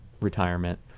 retirement